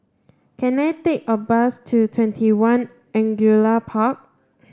can I take a bus to TwentyOne Angullia Park